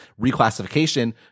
reclassification